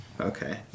Okay